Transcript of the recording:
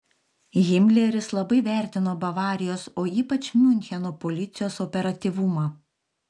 himleris labai vertino bavarijos o ypač miuncheno policijos operatyvumą